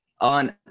on